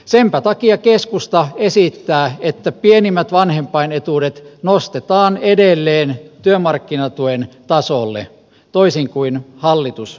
senpä takia keskusta esittää että pienimmät vanhempainetuudet nostetaan edelleen työmarkkinatuen tasolle toisin kuin hallitus tekee